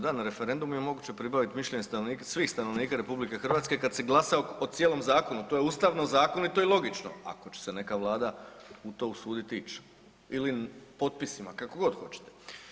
Da na referendumu je moguće pribaviti mišljenje stanovnika, svih stanovnika RH kad se glasa o cijelom zakonu, to je ustavno, zakonito i logično, ako će se neka vlada usuditi u to ići ili potpisima, kako god hoćete.